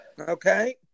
Okay